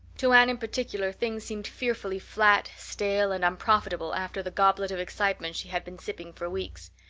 to anne in particular things seemed fearfully flat, stale, and unprofitable after the goblet of excitement she had been sipping for weeks.